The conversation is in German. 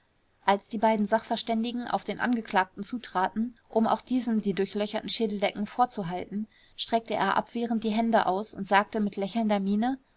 als die beiden sachverständigen auf den angeklagten zutraten um auch diesem die durchlöcherten schädeldecken vorzuhalten streckte er abwehrend die hände aus und sagte mit lächelnder miene